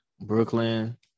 Brooklyn